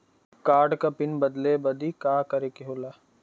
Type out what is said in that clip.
Card क PIN बदले बदी का करे के होला?